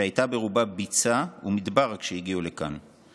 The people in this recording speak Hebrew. שהייתה ברובה ביצה ומדבר כשהגיעו לכאן,